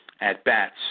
at-bats